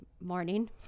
morning